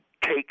take